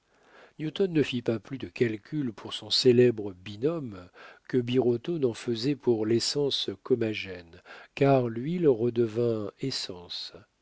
ne fit pas plus de calculs pour son célèbre binôme que birotteau n'en faisait pour l'essence comagène car l'huile redevint essence